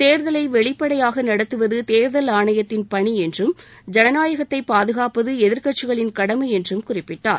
தேர்தலை வெளிப்படையாக நடத்துவது தேர்தல் ஆணையத்தின் பணி என்றும் ஜனநாயகத்தை பாதுகாப்பது எதிர்க்கட்சிகளின் கடமை என்றும் குறிப்பிட்டார்